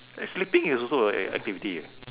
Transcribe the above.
eh sleeping is also a an activity eh